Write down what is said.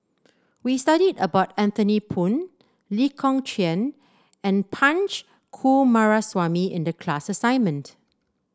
we studied about Anthony Poon Lee Kong Chian and Punch Coomaraswamy in the class assignment